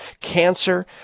cancer